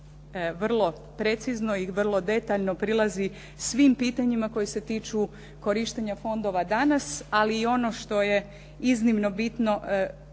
vrlo precizno i vrlo detaljno prilazi svim pitanjima koji se tiču korištenja fondova danas, ali i ono što je iznimno bitno što